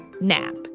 nap